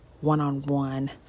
one-on-one